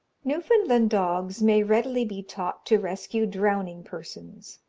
newfoundland dogs may readily be taught to rescue drowning persons.